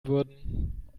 würden